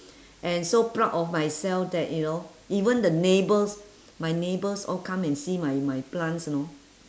and so proud of myself that you know even the neighbours my neighbours all come and see my my plants you know